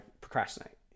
procrastinate